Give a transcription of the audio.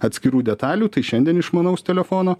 atskirų detalių tai šiandien išmanaus telefono